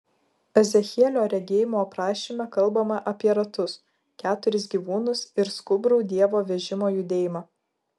ezechielio regėjimo aprašyme kalbama apie ratus keturis gyvūnus ir skubrų dievo vežimo judėjimą